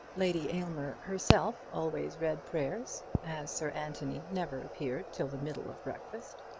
lady aylmer herself always read prayers, as sir anthony never appeared till the middle of breakfast.